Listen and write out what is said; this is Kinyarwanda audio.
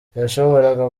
yashoboraga